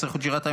יאסר חוג'יראת,